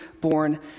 born